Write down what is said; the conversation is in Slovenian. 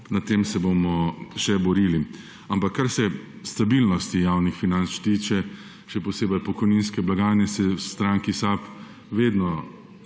Na tem se bomo še borili. Ampak kar se stabilnosti javnih financ tiče, še posebej pokojninske blagajne, se v stranki SAB vedno